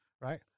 right